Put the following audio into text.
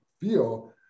feel